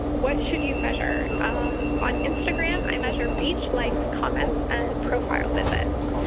what should you measure on instagram i measure reach, likes, comments, and profile visits.